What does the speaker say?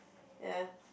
ya